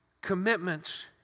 commitments